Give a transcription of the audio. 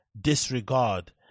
disregard